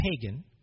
pagan